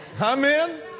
Amen